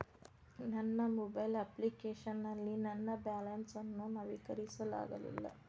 ನನ್ನ mobile application ನಲ್ಲಿ ನನ್ನ ಬ್ಯಾಲೆನ್ಸ್ ಅನ್ನು ನವೀಕರಿಸಲಾಗಿಲ್ಲ